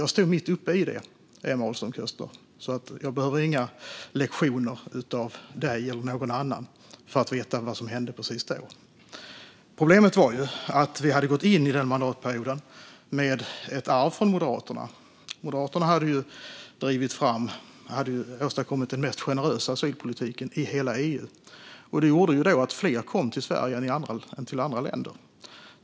Jag stod mitt uppe i det, Emma Ahlström Köster, så jag behöver inga lektioner av dig eller någon annan för att veta vad som hände precis då. Problemet var att vi hade gått in i den mandatperioden med ett arv från Moderaterna. Moderaterna hade drivit fram och åstadkommit den mest generösa asylpolitiken i hela EU. Det gjorde att fler kom till Sverige än till andra länder.